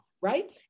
Right